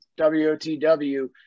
wotw